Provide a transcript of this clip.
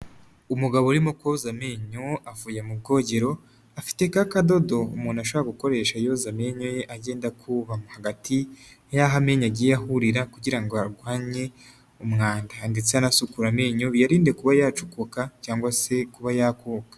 Umugabo urimo koza amenyo, avuye mu bwogero, afite ka kadodo umuntu ashobora gukoresha yoza amenyo ye, agenda akuba hagati y'aho amenyo agiye ahurira, kugira ngo arwanye umwanda ndetse anasukure amenyo, ayirinde kuba yacukuka cyangwa se kuba yakuka.